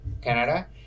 Canada